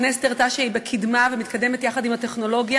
הכנסת הראתה שעם הקִדמה היא מתקדמת יחד עם הטכנולוגיה.